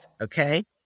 okay